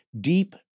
deep